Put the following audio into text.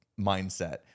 mindset